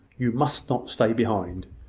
you must not stay behind.